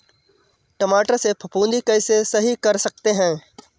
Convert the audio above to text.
टमाटर से फफूंदी कैसे सही कर सकते हैं?